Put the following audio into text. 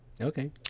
Okay